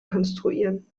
konstruieren